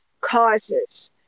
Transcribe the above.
causes